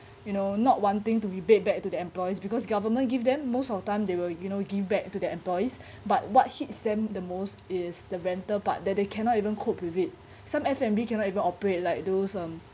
you know not wanting to rebate back to the employees because government give them most of the time they will you know give back to their employees but what hits them the most is the rental part that they cannot even cope with it some F_N_B cannot even operate like those um